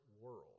world